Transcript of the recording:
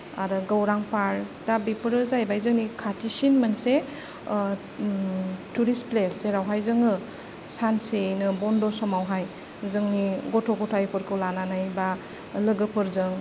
आरो गौरां पार्क दा बेफोरो जाहैबाय जोंनि खाथिसिन मोनसे अ तुरिस्त प्लेस जेरावहाय जोङो सानसेयैनो बन्द' समावहाय जोंनि गथ' गथायफोरखौ लानानै बा लोगोफोरजों